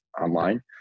online